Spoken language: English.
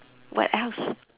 what else